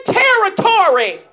territory